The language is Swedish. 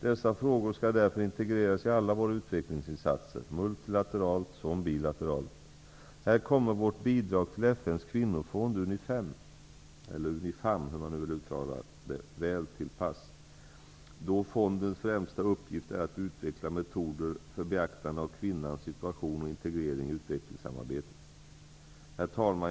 Dessa frågor skall därför integreras i alla våra utvecklingsinsatser, multilateralt som bilateralt. Här kommer vårt bidrag till FN:s kvinnofond UNIFEM väl till pass, då fondens främsta uppgift är att utveckla metoder för beaktande av kvinnans situation och integrering i utvecklingssamarbetet. Herr talman!